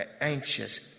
Anxious